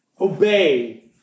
Obey